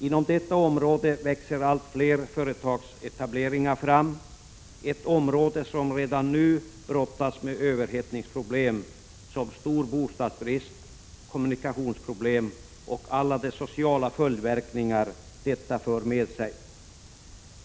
Inom detta område växer allt fler företagsetableringar fram, och det är ett område som redan nu brottas med överhettningsproblem som stor bostadsbrist, kommunikationsproblem och alla de sociala följdverkningarna därav.